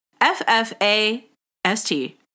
F-F-A-S-T